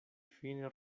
fine